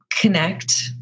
connect